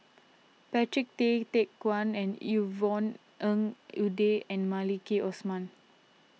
Patrick Tay Teck Guan and Yvonne Ng Uhde and Maliki Osman